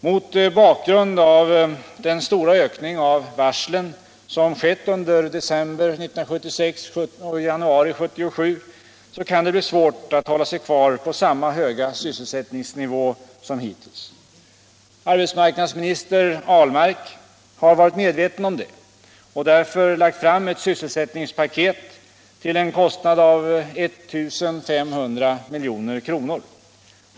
Mot bakgrund av den stora ökning av varslen som skett under december 1976 och i januari 1977 kan det bli svårt att hålla sig kvar på samma höga sysselsättningsnivå som hittills. Arbetsmarknadsminister Ahlmark har varit medveten om det och därför lagt fram ett sysselsättningspaket till en kostnad av 1 500 milj.kr.